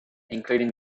including